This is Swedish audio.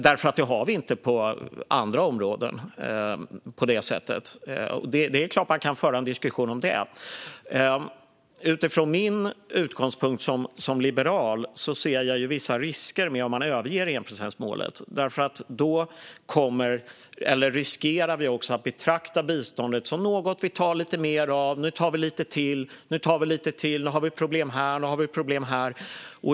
Det har vi inte på andra områden på det sättet. Det är klart att man kan föra en diskussion om det. Utifrån min utgångspunkt som liberal ser jag vissa risker med att överge enprocentsmålet. Då riskerar vi också att betrakta biståndet som något vi kan ta lite mer av. Nu tar vi lite till och lite till. Nu har vi problem här och problem där.